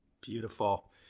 Beautiful